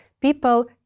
people